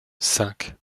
cinq